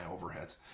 overheads